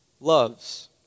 loves